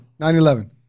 9-11